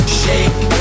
shake